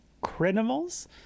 criminals